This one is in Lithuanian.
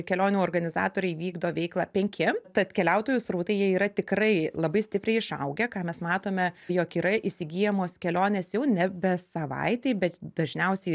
kelionių organizatoriai vykdo veiklą penki tad keliautojų srautai jie yra tikrai labai stipriai išaugę ką mes matome jog yra įsigyjamos kelionės jau nebe savaitei bet dažniausiai